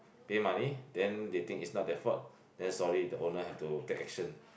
pay money then they think it's not their fault then sorry the owner have to take action